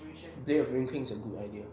blade of ruined king is a good idea